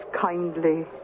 kindly